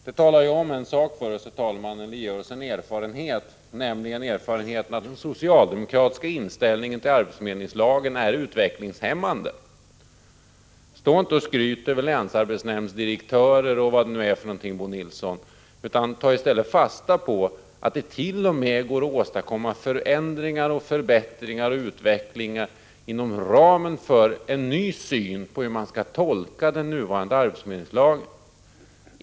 Det ger oss en erfarenhet, nämligen att den socialdemokratiska inställningen till arbetsförmedlingslagen är handlingshämmande. Stå inte och skryt över länsarbetsnämndsdirektörer och vad det är, Bo Nilsson, utan ta i stället fasta på att det går att åstadkomma förändringar, förbättringar och utveckling t.o.m. inom ramen för en ny syn på hur man skall tolka den nuvarande arbetsförmedlingslagen.